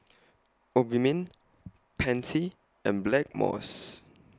Obimin Pansy and Blackmores